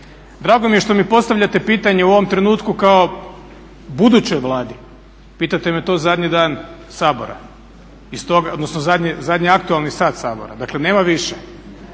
Drago mi je što mi postavljate pitanje u ovom trenutku kao budućoj Vladi, pitate me to zadnji dan Sabora, odnosno zadnji aktualni sat Sabora, dakle nema više.